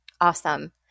Awesome